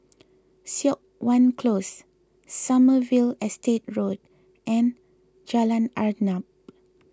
Siok Wan Close Sommerville Estate Road and Jalan Arnap